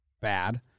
bad